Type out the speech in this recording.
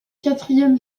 quatrième